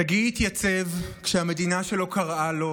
שגיא התייצב כשהמדינה שלו קראה לו,